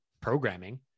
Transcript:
programming